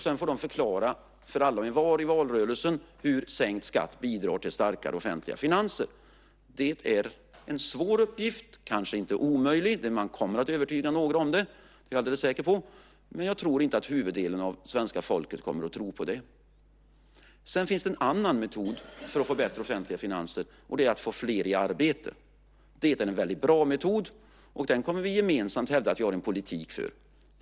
Sedan får man förklara för alla och envar i valrörelsen hur sänkt skatt bidrar till starkare offentliga finanser. Det är en svår uppgift, kanske inte en omöjlig, men man kommer nog att övertyga några om det, det är jag alldeles säker på. Men jag tror inte att huvuddelen av svenska folket kommer att tro på det. Sedan finns det en annan metod för att få bättre offentliga finanser, och det är att få fler i arbete. Det är en väldigt bra metod som vi gemensamt hävdar att vi har en politik för.